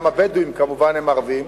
גם הבדואים כמובן הם ערבים,